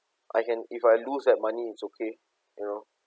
I can if I lose that money it's okay you know